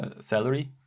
salary